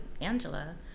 Angela